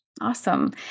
Awesome